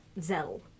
Zell